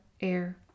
air